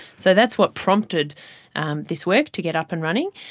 so that's what prompted and this work to get up and running.